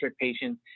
patients